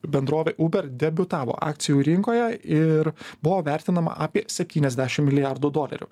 bendrovė uber debiutavo akcijų rinkoje ir buvo vertinama apie septyniasdešim milijardų dolerių